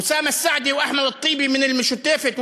אוסאמה סעדי ואחמד טיבי מן אל-משותפת.